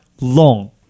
Long